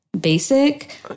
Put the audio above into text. basic